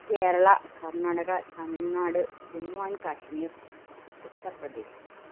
Kerala Karnataka Tamil Nadu Jammu and Kashmir Uttar Pradesh